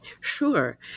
Sure